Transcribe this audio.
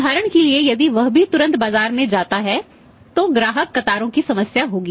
उदाहरण के लिए यदि वह भी तुरंत बाजार में जाता है तो ग्राहक कतारों की समस्या होगी